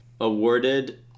awarded